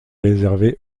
réservé